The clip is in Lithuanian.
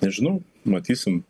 nežinau matysim